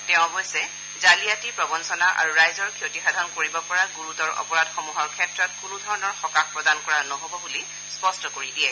তেওঁ অৱশ্যে জালিয়াতি প্ৰৰঞ্চনা আৰু ৰাইজৰ ক্ষতিসাধন কৰিব পৰা গুৰুতৰ অপৰাধসমূহৰ ক্ষেত্ৰত কোনোধৰণৰ সকাহ প্ৰদান কৰা নহ'ব বুলি স্পষ্ট কৰি দিয়ে